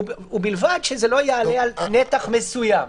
ובלבד שזה לא יעלה על נתח מסוים.